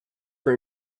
for